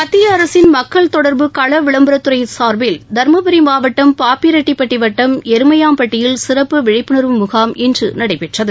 மத்திய அரசின் மக்கள் தொடர்பு கள விளம்பரத் துறை சார்பில் தர்மபுரி மாவட்டம் பாப்பிரெட்டிப்பட்டி வட்டம் எருமையாம்பட்டியில் சிறப்பு விழிப்புணர்வு முகாம் இன்று நடைபெற்றது